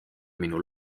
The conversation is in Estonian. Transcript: minu